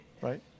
right